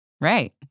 Right